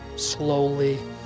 Slowly